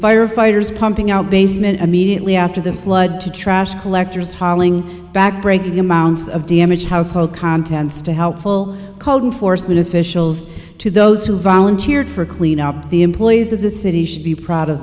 firefighters pumping out basement immediately after the flood to trash collectors falling back breaking amounts of damage household contents to helpful called in force when officials to those who volunteered for cleanup the ladies of the city should be proud of